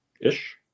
ish